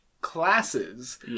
classes